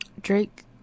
Drake